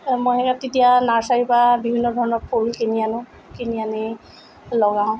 আমাৰ ইয়াত তেতিয়া নাৰ্ছাৰীৰ পৰা বিভিন্ন ধৰণৰ ফুল কিনি আনোঁ কিনি আনি লগাওঁ